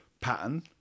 pattern